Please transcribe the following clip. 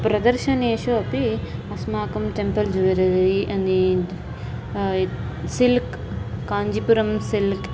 प्रदर्शनेषु अपि अस्माकं temple jewellery and silk Kanchipuram silk